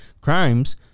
Crimes